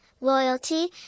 loyalty